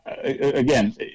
again